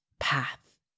Path